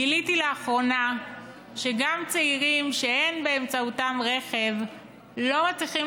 גיליתי לאחרונה שגם צעירים שאין להם רכב לא מצליחים